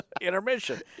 Intermission